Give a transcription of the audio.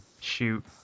shoot